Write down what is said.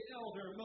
elder